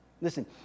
Listen